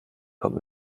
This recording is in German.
kommt